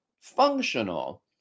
functional